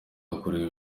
hakorerwa